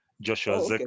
Joshua